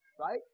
Right